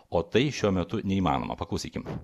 o tai šiuo metu neįmanoma paklausykime